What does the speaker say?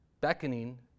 beckoning